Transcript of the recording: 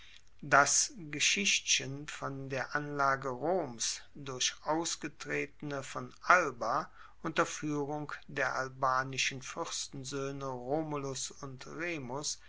das geschichtchen von der anlage roms durch ausgetretene von alba unter fuehrung der albanischen fuerstensoehne romulus und remus